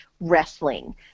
wrestling